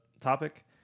topic